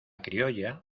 criolla